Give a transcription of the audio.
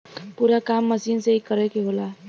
पूरा काम मसीन से ही करे के होला